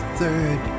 third